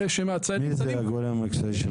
מי זה הגורם המקצועי שלך?